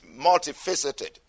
multifaceted